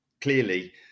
clearly